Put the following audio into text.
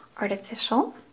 artificial